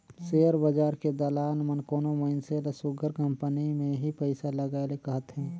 share बजार के दलाल मन कोनो मइनसे ल सुग्घर कंपनी में ही पइसा लगाए ले कहथें